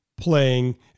playing